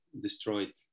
destroyed